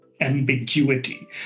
ambiguity